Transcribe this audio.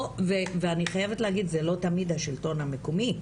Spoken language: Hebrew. ואני חייבת להגיד, זה לא תמיד השלטון המקומי,